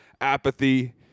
Apathy